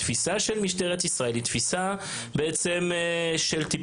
התפיסה של משטרת ישראל היא תפיסה של טיפול